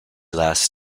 last